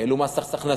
העלו מס הכנסה.